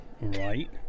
Right